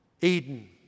Eden